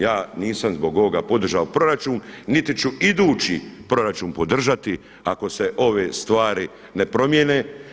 Ja nisam zbog ovoga podržao proračun, niti ću idući proračun podržati ako se ove stvari ne promijene.